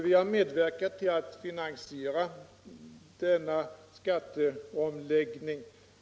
Vi har medverkat till att finansiera denna skatteomläggning.